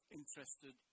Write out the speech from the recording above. interested